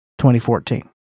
2014